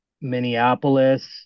Minneapolis